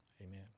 Amen